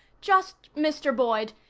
just mr. boyd.